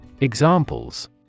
Examples